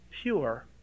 pure